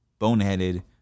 boneheaded